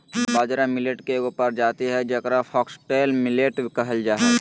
बाजरा मिलेट के एगो प्रजाति हइ जेकरा फॉक्सटेल मिलेट कहल जा हइ